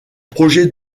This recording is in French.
projet